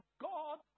God